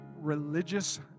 religious